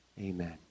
amen